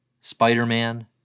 Spider-Man